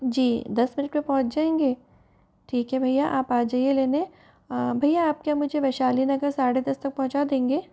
जी दस मिनिट में पहुंच जाएंगे ठीक है भैया आप आ जाइए लेने भैया आप क्या मुझे वैशाली नगर साढ़े दस तक पहुँचा देंगे